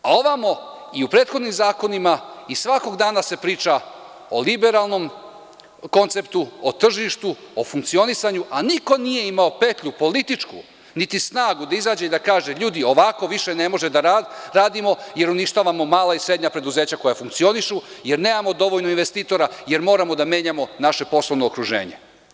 A ovamo i u prethodnim zakonima, i svakog dana se priča o liberalnom konceptu o tržištu o funkcionisanju, a niko nije imao petlju političku, niti snagu da izađe i da kaže – ljudi, ovako više ne možemo da radimo jer uništavamo mala i srednja koja funkcionišu jer nemamo dovoljno investitora jer moramo da menjamo naše poslovno okruženje.